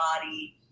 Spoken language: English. body